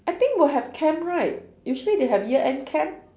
I think will have camp right usually they have year end camp